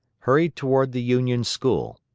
hurried toward the union school.